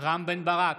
רם בן ברק,